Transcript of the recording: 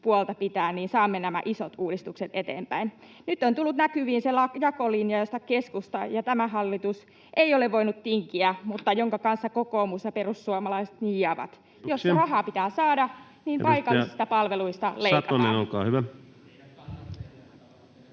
puolta pitää, ja niin saamme nämä isot uudistukset eteenpäin. Nyt on tullut näkyviin se jakolinja, josta keskusta ja tämä hallitus ei ole voinut tinkiä, mutta jonka kanssa kokoomus ja perussuomalaiset niiaavat, koska rahaa pitää saada, niin paikallisista palveluista leikataan.